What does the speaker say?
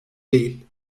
değil